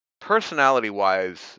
Personality-wise